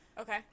Okay